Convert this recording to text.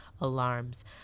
alarms